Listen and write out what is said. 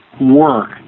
work